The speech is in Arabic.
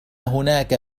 هناك